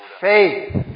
Faith